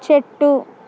చెట్టు